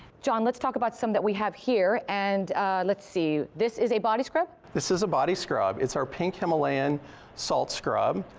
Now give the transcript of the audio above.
john, let's talk about some that we have here, and let's see, this is a body scrub? this is a body scrub. it's our pink himalayan salt scrub.